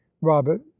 Robert